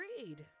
agreed